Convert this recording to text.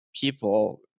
people